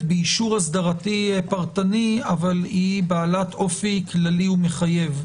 באישור הסדרתי פרטני אבל היא בעלת אופי כללי ומחייב.